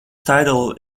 title